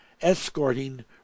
escorting